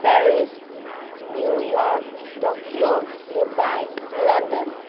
Paris New York Tokyo Dubai London